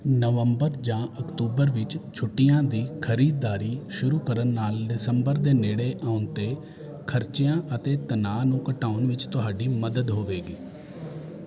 ਨਵੰਬਰ ਜਾਂ ਅਕਤੂਬਰ ਵਿੱਚ ਛੁੱਟੀਆਂ ਦੀ ਖ਼ਰੀਦਦਾਰੀ ਸ਼ੁਰੂ ਕਰਨ ਨਾਲ ਦਸੰਬਰ ਦੇ ਨੇੜੇ ਆਉਣ 'ਤੇ ਖ਼ਰਚਿਆਂ ਅਤੇ ਤਣਾਅ ਨੂੰ ਘਟਾਉਣ ਵਿੱਚ ਤੁਹਾਡੀ ਮਦਦ ਹੋਵੇਗੀ